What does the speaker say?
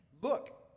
look